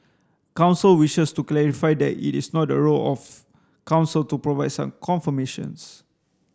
council wishes to clarify that it is not the role of council to provide such confirmations